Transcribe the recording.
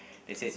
that's it